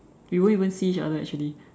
we won't even see each other actually